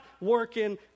working